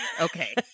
Okay